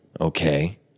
okay